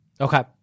Okay